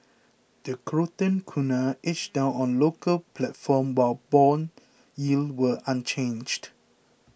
the Croatian kuna edged down on the local platform while bond yields were unchanged